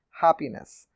happiness